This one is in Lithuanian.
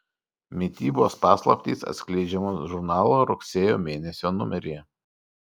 mitybos paslaptys atskleidžiamos žurnalo rugsėjo mėnesio numeryje